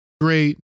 great